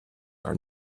are